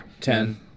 ten